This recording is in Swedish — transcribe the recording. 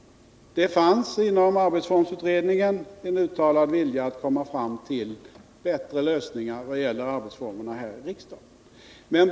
Det fanns inom arbetsformsutredningen en uttalad vilja att komma fram till bättre lösningar i vad gäller arbetsformerna här i riksdagen.